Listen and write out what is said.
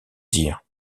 dire